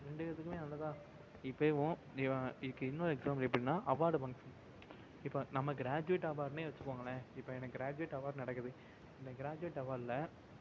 ரெண்டு பேர்த்துக்குமே நல்லதுதா இப்போயேவும் இவன் இதுக்கு இன்னோரு எக்ஸ்சாம்பிள் எப்படின்னா அவார்டு ஃபங்க்ஷன் இப்போது நமக்கு க்ராஜுவேட் அவார்டுனே வச்சுக்கோங்களேன் இப்போ எனக்கு க்ராஜுவேட் அவார்ட் நடக்குது இந்த க்ராஜுவேட் அவார்டில்